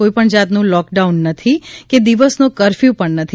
કોઇપણ જાતનું લોકડાઉન નથી કે દિવસનો કરફયુ પણ નથી